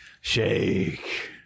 Shake